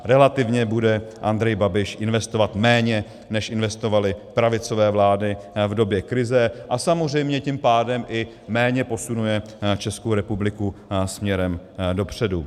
Relativně bude Andrej Babiš investovat méně, než investovaly pravicové vlády v době krize, a samozřejmě tím pádem i méně posunuje Českou republiku směrem dopředu.